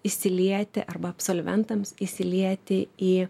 įsilieti arba absolventams įsilieti į